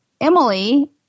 Emily